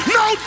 no